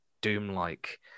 doom-like